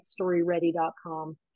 storyready.com